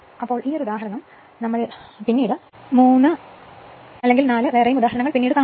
ഇപ്പോൾ ഈ ഒരു ഉദാഹരണം ഞങ്ങൾ പിന്നീട് 3 അല്ലെങ്കിൽ 4 എടുക്കും